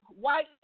white